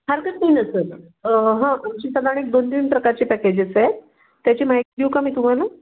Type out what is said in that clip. हरकत नाही ना सर हां आमची सदाण एक दोन तीन प्रकारची पॅकेजेस आहेत त्याची माहिती देऊ का मी तुम्हाला